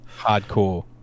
hardcore